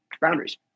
boundaries